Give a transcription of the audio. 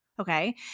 Okay